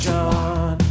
John